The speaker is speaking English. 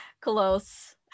close